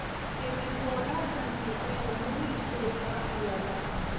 एमे पौधा सन के एगो मूंज से ढाप दियाला